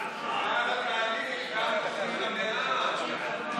אי-אמון בממשלה לא נתקבלה.